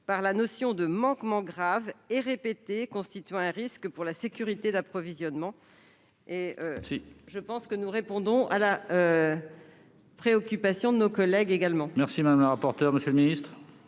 par la notion de « manquement grave et répété constituant un risque pour la sécurité d'approvisionnement ». Je pense que nous répondons ainsi à la préoccupation de nos collègues. Quel est